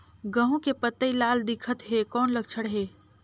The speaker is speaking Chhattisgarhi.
गहूं के पतई लाल दिखत हे कौन लक्षण हे?